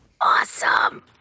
awesome